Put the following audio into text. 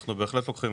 אנחנו בהחלט לוקחים